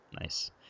nice